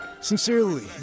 Sincerely